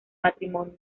matrimonio